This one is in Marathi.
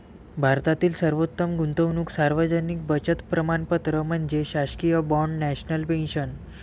भारतातील सर्वोत्तम गुंतवणूक सार्वजनिक बचत प्रमाणपत्र म्हणजे शासकीय बाँड नॅशनल पेन्शन